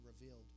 revealed